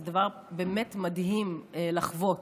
זה דבר באמת מדהים לחוות.